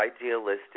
idealistic